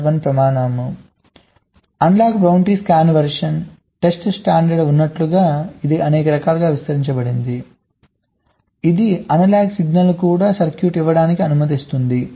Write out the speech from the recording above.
1 ప్రమాణం analogue boundary scan version test standard ఉన్నట్లుగా ఇది అనేక రకాలుగా విస్తరించబడింది ఇది అనలాగ్ సిగ్నల్స్ కూడా సర్క్యూట్కు ఇవ్వడానికి అనుమతిస్తుంది